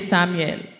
Samuel